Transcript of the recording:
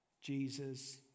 Jesus